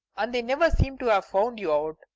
and they never seem to have found you out.